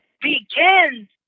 begins